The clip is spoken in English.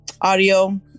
audio